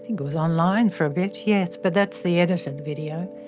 it was online for a bit, yes. but that's the edited video.